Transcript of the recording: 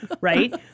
right